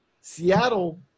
Seattle